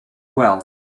well